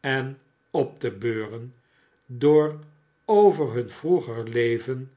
en op te beuren door over hun vroeger leven